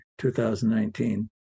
2019